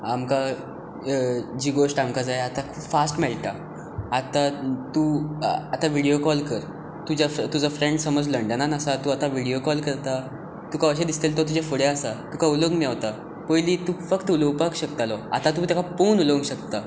आमकां जी घोष्ट आमकां जाय आतां खूब फास्ट मेळटा आतां तूं आतां विडियो कॉल कर तुजो फ्रेंड समज लंडनांत आसा तूं आतां विडियो कॉल करता तुका अशें दिसतलें तो तुजे फुड्यांत आसा तुका उलोवंक मेळटा पयलीं तूं फक्त उलोवपाक शकतालो आतां तूं ताका पळोवन उलोवंक शकता